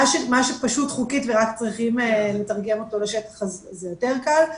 מה שפשוט חוקית ורק צריכים לתרגם לשטח זה יותר קל,